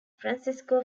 francisco